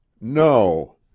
no